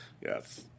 Yes